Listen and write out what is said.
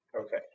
Okay